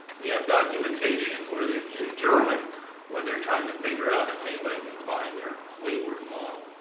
we have documentation, where they in german where they're trying to figure out if anybody can find their wayward model,